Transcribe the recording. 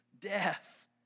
death